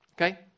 okay